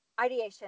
ideation